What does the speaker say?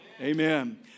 Amen